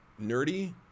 nerdy